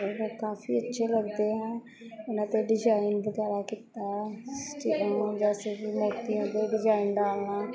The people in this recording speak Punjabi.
ਔਰ ਕਾਫੀ ਅੱਛੇ ਲੱਗਦੇ ਹੈ ਉਹਨਾਂ 'ਤੇ ਡਿਜ਼ਾਇਨ ਵਗੈਰਾ ਕੀਤਾ ਜੈਸੇ ਕਿ ਮੋਤੀਆਂ 'ਤੇ ਡਿਜ਼ਾਇਨ ਡਾਲਨਾ